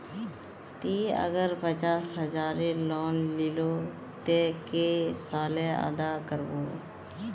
ती अगर पचास हजारेर लोन लिलो ते कै साले अदा कर बो?